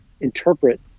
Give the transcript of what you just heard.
interpret